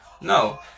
no